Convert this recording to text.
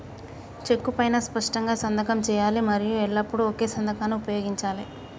చెక్కు పైనా స్పష్టంగా సంతకం చేయాలి మరియు ఎల్లప్పుడూ ఒకే సంతకాన్ని ఉపయోగించాలే